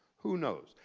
who knows.